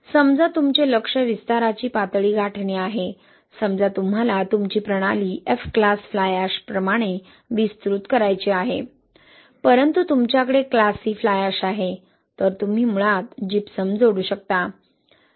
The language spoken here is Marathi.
समजा तुमचे लक्ष्य विस्ताराची पातळी गाठणे आहे समजा तुम्हाला तुमची प्रणाली F क्लास फ्लाय अॅश प्रमाणे विस्तृत करायची आहे परंतु तुमच्याकडे क्लास C फ्लाय अॅश आहे तर तुम्ही मुळात जिप्सम जोडू शकता